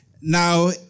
Now